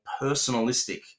personalistic